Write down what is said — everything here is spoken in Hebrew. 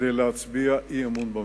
להצביע אי-אמון בממשלה.